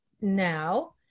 now